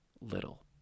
Little